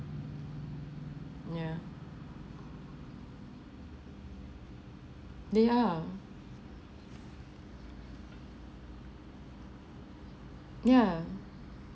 ya they are yeah